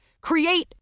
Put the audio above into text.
Create